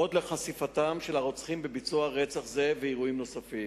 עד לחשיפתם של הרוצחים בביצוע רצח זה ואירועים נוספים.